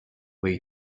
way